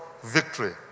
victory